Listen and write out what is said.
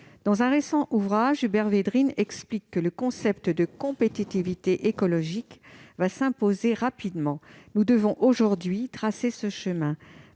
Dans un récent ouvrage, Hubert Védrine explique que le concept de « compétitivité écologique » va s'imposer rapidement. Nous devons aujourd'hui tracer ce chemin.